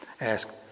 ask